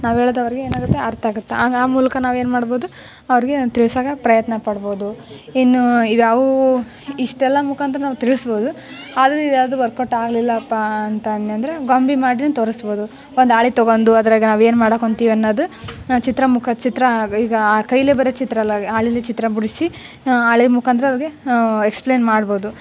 ನಾವು ಹೇಳೋದು ಅವ್ರಿಗೆ ಏನಾಗುತ್ತೆ ಅರ್ಥ ಆಗುತ್ತೆ ಆಗ ಆ ಮೂಲಕ ನಾವೇನು ಮಾಡ್ಬೋದು ಅವ್ರಿಗೆ ತಿಳಿಸೋಕೆ ಪ್ರಯತ್ನ ಪಡ್ಬೋದು ಇನ್ನೂ ಇವ್ಯಾವುವೂ ಇಷ್ಟೆಲ್ಲ ಮುಖಾಂತರ ನಾವು ತಿಳಿಸ್ಬೋದು ಆದರೂ ಇದ್ಯಾವುದೂ ವರ್ಕೌಟ್ ಆಗಲಿಲ್ಲಪ್ಪ ಅಂತ ಅನ್ನಿ ಅಂದ್ರೆ ಗೊಂಬೆ ಮಾಡಿಯೂ ತೋರಿಸ್ಬೋದು ಒಂದು ಹಾಳೆ ತಗೊಂಡು ಅದರಾಗ ನಾವು ಏನು ಮಾಡೋಕೆ ಹೊಂಟೀವಿ ಅನ್ನೋದು ಚಿತ್ರ ಮುಖದ ಚಿತ್ರ ಆಗ ಈಗ ಆ ಕೈಯ್ಯಲ್ಲೆ ಬರೆಯೋ ಚಿತ್ರ ಅಲ್ಲ ಹಾಳೆಯಲ್ಲಿ ಚಿತ್ರ ಬಿಡಿಸಿ ಹಾಳೆ ಮುಖಾಂತರ ಅವ್ರಿಗೆ ಎಕ್ಸ್ಪ್ಲೇನ್ ಮಾಡ್ಬೋದು